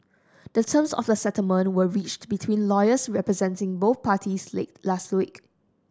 the terms of the settlement were reached between lawyers representing both parties late last week